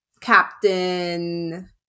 Captain